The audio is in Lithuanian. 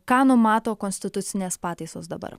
ką numato konstitucinės pataisos dabar